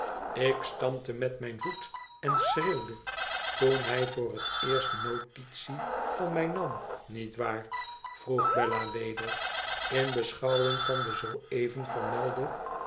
tik stampte met mijn voet en schreeuwde toen hij voor het eerst notitie van mij nam niet waar vroeg bella verder in beschouwing van den zoo even vermelden